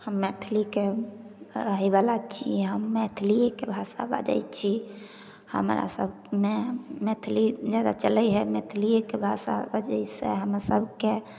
हम मैथिलीके रहैवला छी हम मैथिलिएके भाषा बाजै छी हमरासभमे मैथिली जादा चलै हइ मैथिलिएके भाषा बजैसे हमरासभकेँ